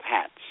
hats